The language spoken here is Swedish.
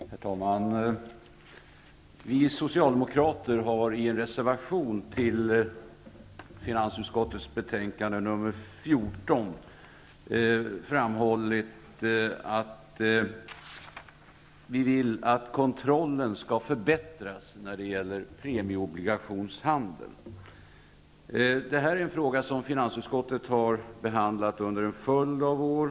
Herr talman! Vi socialdemokrater har i en reservation till finansutskottets betänkande nr 14 framhållit att vi vill att kontrollen skall förbättras när det gäller premieobligationshandeln. Det här är en fråga som finansutskottet har behandlat under en följd av år.